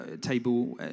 table